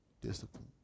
discipline